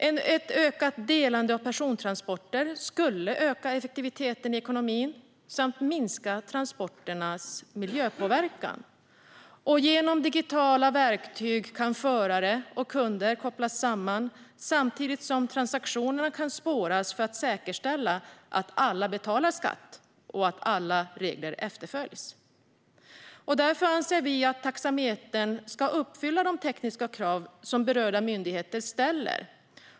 Ett ökat delande av persontransporter skulle öka effektiviteten i ekonomin och minska transporternas miljöpåverkan. Genom digitala verktyg kan förare och kunder kopplas samman samtidigt som transaktionerna kan spåras för att säkerställa att alla betalar skatt och att alla regler efterföljs. Vi anser därför att taxametern ska uppfylla de tekniska krav som berörda myndigheter ställer.